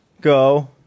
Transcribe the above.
Go